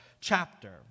chapter